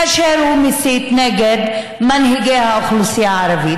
כאשר הוא מסית נגד מנהיגי האוכלוסייה הערבית